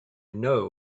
know